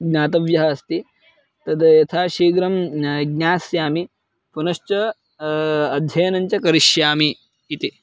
ज्ञातव्यः अस्ति तद् यथा शीघ्रं ज्ञास्यामि पुनश्च अध्ययनं च करिष्यामि इति